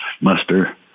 muster